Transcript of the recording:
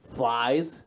flies